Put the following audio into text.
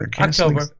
October